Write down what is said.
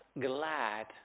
glad